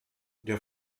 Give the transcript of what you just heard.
der